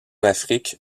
afrique